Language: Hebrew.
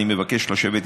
אני מבקש לשבת איתך.